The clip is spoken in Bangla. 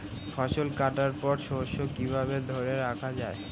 ফসল কাটার পর শস্য কিভাবে ধরে রাখা য়ায়?